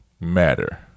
matter